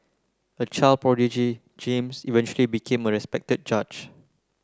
a child prodigy James eventually became a respected judge